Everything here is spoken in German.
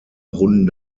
runden